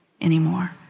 anymore